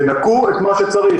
תנכו את מה שצריך,